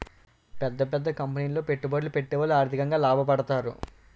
పెద్ద పెద్ద కంపెనీలో పెట్టుబడులు పెట్టేవాళ్లు ఆర్థికంగా లాభపడతారు